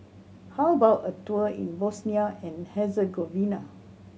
how about a tour in Bosnia and Herzegovina